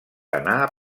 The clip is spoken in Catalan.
anar